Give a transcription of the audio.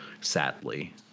sadly